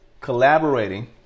collaborating